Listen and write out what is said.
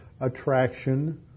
attraction